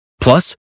Plus